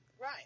Right